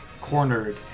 cornered